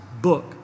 book